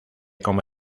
como